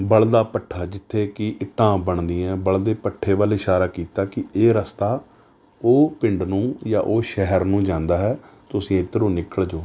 ਬਲਦਾ ਭੱਠਾ ਜਿੱਥੇ ਕਿ ਇੱਟਾਂ ਬਣਦੀਆਂ ਬਲਦੇ ਭੱਠੇ ਵੱਲ ਇਸ਼ਾਰਾ ਕੀਤਾ ਕਿ ਇਹ ਰਸਤਾ ਉਹ ਪਿੰਡ ਨੂੰ ਜਾਂ ਉਹ ਸ਼ਹਿਰ ਨੂੰ ਜਾਂਦਾ ਹੈ ਤੁਸੀਂ ਇੱਧਰੋਂ ਨਿਕਲ ਜੋ